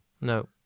No